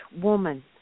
woman